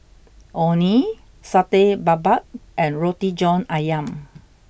Orh Nee Satay Babat and Roti John Ayam